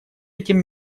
этим